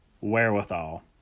wherewithal